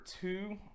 two